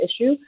issue